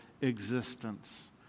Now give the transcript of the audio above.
existence